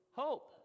hope